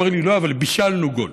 הוא אומר לי: לא, אבל בישלנו גול.